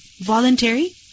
Voluntary